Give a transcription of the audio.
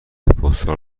پستال